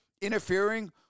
interfering